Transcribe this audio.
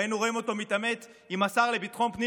והיינו רואים אותו מתעמת עם השר לביטחון פנים